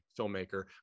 filmmaker